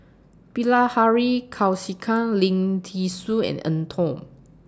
Bilahari Kausikan Lim Thean Soo and Eng Tow